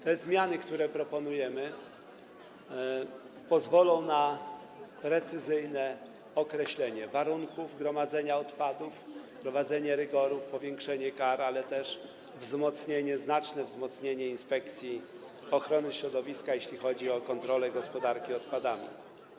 Te zmiany, które proponujemy, pozwolą na precyzyjne określenie warunków gromadzenia odpadów, wprowadzenie rygorów, powiększenie kar, ale też wzmocnienie, znaczne wzmocnienie Inspekcji Ochrony Środowiska, jeśli chodzi o kontrolę gospodarki odpadami.